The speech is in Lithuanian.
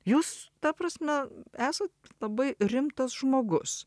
jūs ta prasme esat labai rimtas žmogus